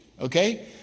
okay